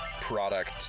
product